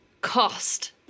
cost